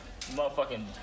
Motherfucking